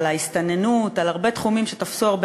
על ההסתננות ועל הרבה תחומים שתפסו הרבה